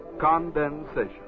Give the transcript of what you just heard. condensation